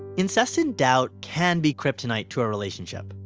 incessant doubt can be kryptonite to a relationship.